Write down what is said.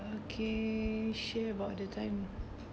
okay share about the time